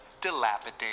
dilapidated